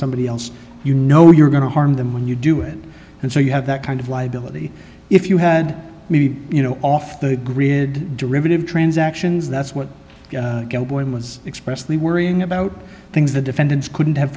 somebody else you know you're going to harm them when you do it and so you have that kind of liability if you had you know off the grid derivative transactions that's what was expressly worrying about things the defendants couldn't have